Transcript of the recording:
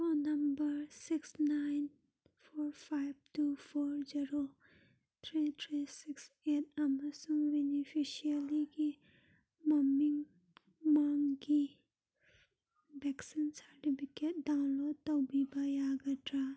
phone number six nine four five two four zero three three six eight ꯑꯃꯁꯨꯡ ꯕꯤꯅꯤꯐꯤꯁꯔꯤꯒꯤ ꯃꯃꯤꯡ ꯃꯪꯒꯤꯒꯤ vaccine certificate download ꯇꯧꯕꯤꯕ ꯌꯒꯗ꯭ꯔꯥ